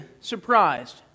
surprised